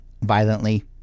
violently